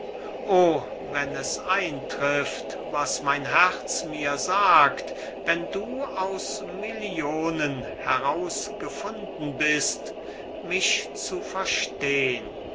o wenn es eintrifft was mein herz mir sagt wenn du aus millionen herausgefunden bist mich zu verstehn